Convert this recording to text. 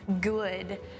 good